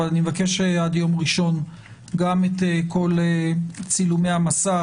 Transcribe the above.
אבל אני מבקש עד יום ראשון גם את כל צילומי המסך